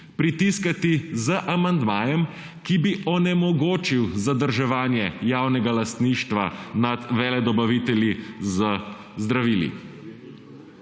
pritiskati z amandmajem, ki bi onemogočil zadrževanje javnega lastništva nad veledobavitelji z zdravili.